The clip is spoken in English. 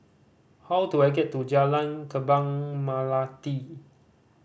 how do I get to Jalan Kembang Melati